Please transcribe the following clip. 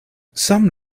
some